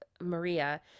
Maria